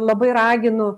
labai raginu